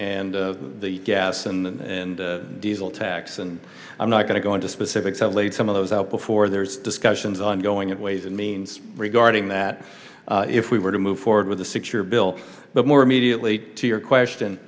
and the gas and diesel tax and i'm not going to go into specifics i laid some of those out before there's discussions ongoing and ways and means regarding that if we were to move forward with a secure bill but more immediately to your question